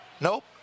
Nope